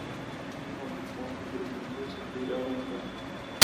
kaip man išmokti driblinguot su kaire ranka